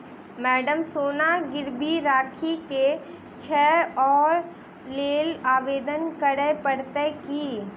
Madam सोना गिरबी राखि केँ छैय ओई लेल आवेदन करै परतै की?